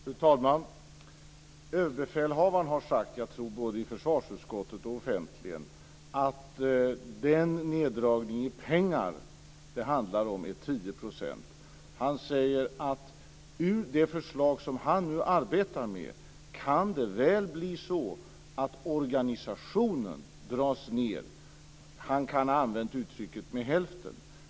Fru talman! Överbefälhavaren har sagt, jag tror både i försvarsutskottet och offentligen, att den neddragning det handlar om är 10 % av pengarna. Han sade att det med det förslag som han nu arbetar med kan bli så att organisationen dras ned. Han kan ha använt uttrycket "med hälften".